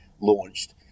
launched